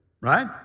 right